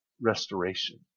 restoration